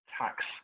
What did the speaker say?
tax